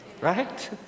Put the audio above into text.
right